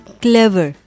clever